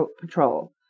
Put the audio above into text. patrol